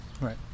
right